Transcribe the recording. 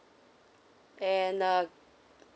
and uh